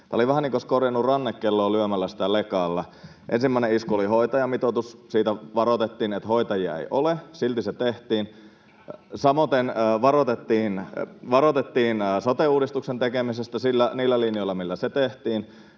Tämä oli vähän niin kuin olisi korjannut rannekelloa lyömällä sitä lekalla. Ensimmäinen isku oli hoitajamitoitus. Siitä varoitettiin, että hoitajia ei ole, silti se tehtiin. [Annika Saarikko: Te kannatitte sitä!] Samoiten varoitettiin sote-uudistuksen tekemisestä niillä linjoilla, millä se tehtiin.